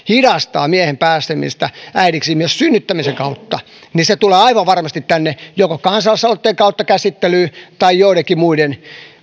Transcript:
hidastaa miehen pääsemistä äidiksi myös synnyttämisen kautta niin se tulee aivan varmasti tänne joko kansalaisaloitteen kautta käsittelyyn tai joidenkin muiden